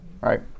right